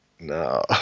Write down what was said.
no